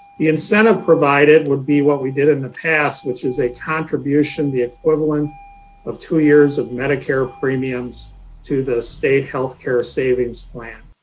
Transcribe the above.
the incentive provided would be what we did in the past, which is a contribution the equivalent of two years of medicare premiums to the state healthcare savings plan.